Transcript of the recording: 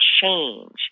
change